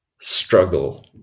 struggle